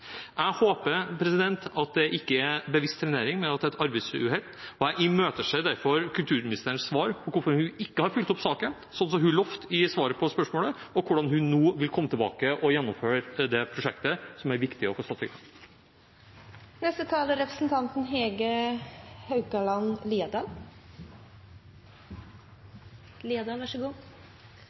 Jeg håper at det ikke er bevisst trenering, men at det er et arbeidsuhell. Jeg imøteser derfor kulturministerens svar på hvorfor hun ikke har fulgt opp saken slik som hun lovte i svaret på spørsmålet, og hvordan hun nå vil komme tilbake og gjennomføre dette prosjektet, som det er viktig å få satt i gang. Det er godt å se at kulturministeren fant tilbake til plassen sin. Så